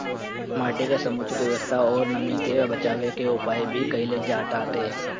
एमे माटी के समुचित व्यवस्था अउरी नमी के बाचावे के उपाय भी कईल जाताटे